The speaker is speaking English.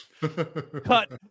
cut